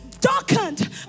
darkened